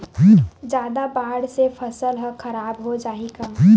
जादा बाढ़ से फसल ह खराब हो जाहि का?